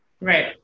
Right